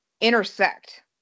Intersect